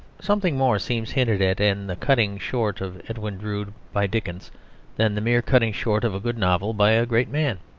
something more seems hinted at in the cutting short of edwin drood by dickens than the mere cutting short of a good novel by a great man.